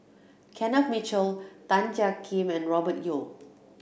Kenneth Mitchell Tan Jiak Kim and Robert Yeo